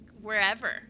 wherever